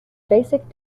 basic